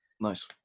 Nice